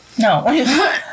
no